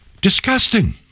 Disgusting